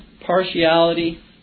Partiality